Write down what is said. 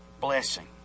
blessing